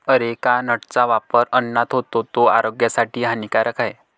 areca नटचा वापर अन्नात होतो, तो आरोग्यासाठी हानिकारक आहे